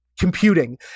computing